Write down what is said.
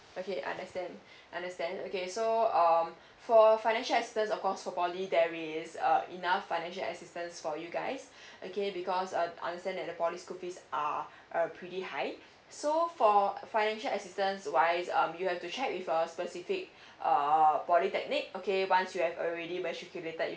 okay understand understand okay so um for financial assistance of course for poly there is err enough financial assistance for you guys okay because um I understand that the poly school fees are uh pretty high so for financial assistance wise um you have to check with a specific err polytechnic okay once you have already recirculated